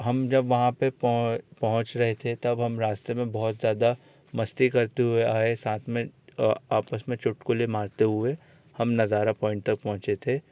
हम जब वहाँ पे पहुँच रहे थे तब हम रास्ते में बहुत ज़्यादा मस्ती करते हुए आए साथ में आपस में चुटकुले मारते हुए हम नज़ारा पॉइंट तक पहुंचे थे